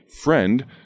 friend